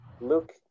look